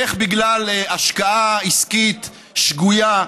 איך בגלל השקעה עסקית שגויה,